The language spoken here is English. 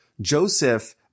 Joseph